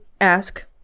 ask